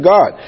God